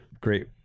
great